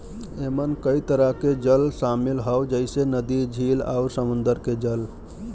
एमन कई तरह के जल शामिल हौ जइसे नदी, झील आउर समुंदर के जल